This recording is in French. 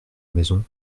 maison